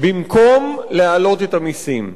במקום להעלות את המסים.